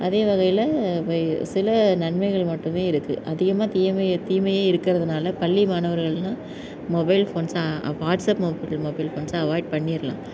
அதே வகையில் சில நன்மைகள் மட்டுமே இருக்குது அதிகமாக தீமை தீமையே இருக்கிறதுனால பள்ளி மாணவர்கள் எல்லாம் மொபைல் ஃபோன்ஸை வாட்ஸ்அப் மொபைல் ஃபோன்ஸை அவாய்ட் பண்ணிடலாம்